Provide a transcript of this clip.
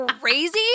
crazy